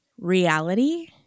reality